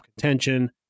contention